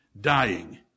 dying